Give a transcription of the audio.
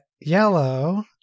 Yellow